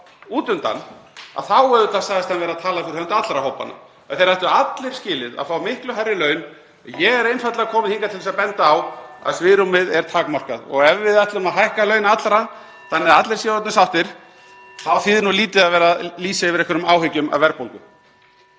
út undan þá sagðist hann vera að tala fyrir hönd allra hópanna, að þeir ættu allir skilið að fá miklu hærri laun. Ég er einfaldlega kominn hingað til að benda á að (Forseti hringir.) svigrúmið er takmarkað. Ef við ætlum að hækka laun allra þannig að allir séu orðnir sáttir þá þýðir nú lítið að vera að lýsa yfir einhverjum áhyggjum af verðbólgu.